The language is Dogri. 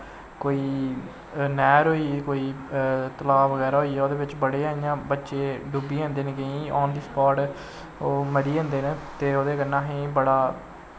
कोई नैह्र होई कोई तलाऽ बगैरा होईया ओह्दे बिच्च बड़े गै बच्चे इयां डुब्बी जंदे न केंई आन दी सपॉट ओह् मरी जंदे न ते ओह्दे कन्नै असें बड़ा